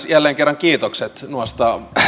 jälleen kerran kiitokset noista